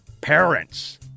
parents